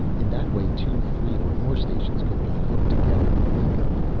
in that way two, three or more stations could be hooked together in a link-up.